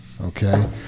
okay